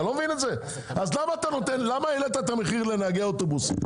למה העלית את המחיר לנהגי אוטובוסים?